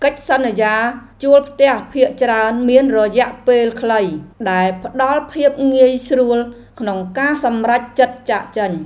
កិច្ចសន្យាជួលផ្ទះភាគច្រើនមានរយៈពេលខ្លី ដែលផ្តល់ភាពងាយស្រួលក្នុងការសម្រេចចិត្តចាកចេញ។